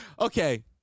Okay